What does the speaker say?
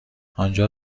آنجا